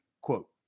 quote